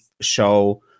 show